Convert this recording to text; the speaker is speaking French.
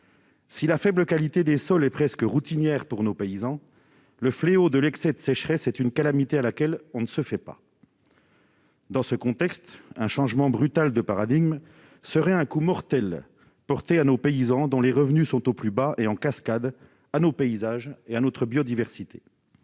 Si la faible qualité des sols est presque routinière pour nos paysans, le fléau de l'excès de sécheresse est une calamité à laquelle on ne se fait pas. Dans ce contexte, un changement brutal de paradigme serait un coup mortel porté à nos agriculteurs, dont les revenus sont au plus bas, et, en cascade, à nos paysages et à notre biodiversité.